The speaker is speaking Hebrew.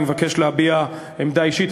אני מבקש להביע עמדה אישית.